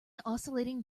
oscillating